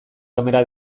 kamera